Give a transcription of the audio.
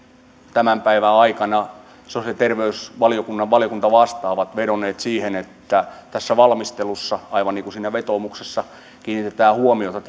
tämän päivän aikana sosiaali ja terveysvaliokunnan valiokuntavastaavat vedonneet siihen että tässä valmistelussa aivan niin kuin siinä vetoomuksessa kiinnitetään huomiota